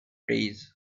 days